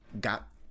got